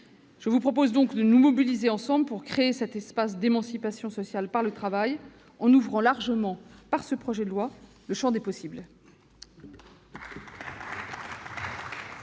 je vous propose de nous mobiliser, ensemble, pour créer cet espace d'émancipation sociale par le travail, en ouvrant largement, par ce projet de loi, le champ des possibles.